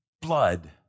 blood